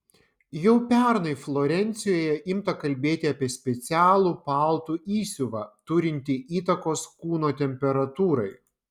jau pernai florencijoje imta kalbėti apie specialų paltų įsiuvą turintį įtakos kūno temperatūrai